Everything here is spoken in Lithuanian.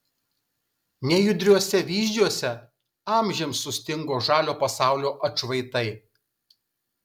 nejudriuose vyzdžiuose amžiams sustingo žalio pasaulio atšvaitai